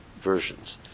versions